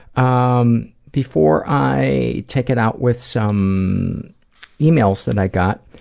um before i take it out with some emails that i got,